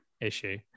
issue